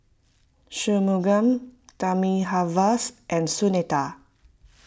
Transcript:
Shunmugam Thamizhavel and Sunita